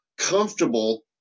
comfortable